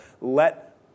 let